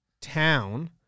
town